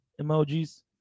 emojis